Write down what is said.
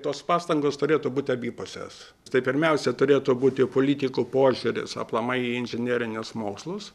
tos pastangos turėtų būti abipusės tai pirmiausia turėtų būti politikų požiūris aplamai į inžinerinius mokslus